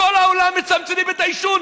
בכל העולם מצמצמים את העישון,